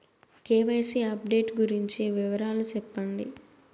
KYC update గురించి వివరాలు సెప్పండి?